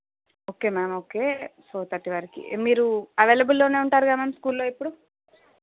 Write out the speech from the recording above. okay ma'am okay four thirty వరుకు మీరు అవైలబుల్లోనే ఉంటారుగా మ్యామ్ స్కూల్లో ఎప్పుడూ